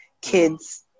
kids